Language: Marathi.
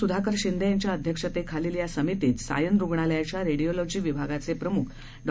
सुधाकर शिंदे यांच्या अध्यक्षतेखालील या समितीत सायन रुग्णालयाच्या रेडीऑलॉजी विभाग प्रमुख डॉ